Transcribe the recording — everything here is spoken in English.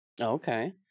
Okay